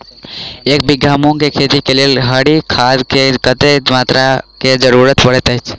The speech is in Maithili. एक बीघा मूंग केँ खेती केँ लेल हरी खाद केँ कत्ते मात्रा केँ जरूरत पड़तै अछि?